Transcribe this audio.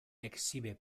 exhibe